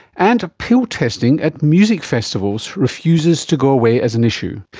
and pill testing at music festivals refuses to go away as an issue,